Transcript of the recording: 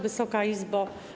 Wysoka Izbo!